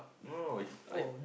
no no is like